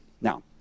Now